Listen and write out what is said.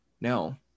no